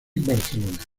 barcelona